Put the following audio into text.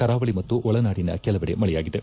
ಕರಾವಳಿ ಮತ್ತು ಒಳನಾಡಿನ ಕೆಲವೆಡೆ ಮಳೆಯಾಗಿದೆ